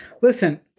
Listen